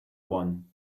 one